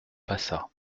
passa